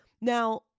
Now